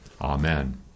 Amen